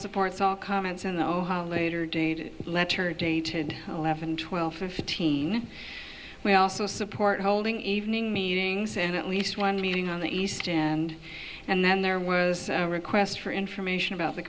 supports all comments in the later date letter dated eleven twelve fifteen we also support holding evening meetings and at least one meeting on the east and and then there was a request for information about the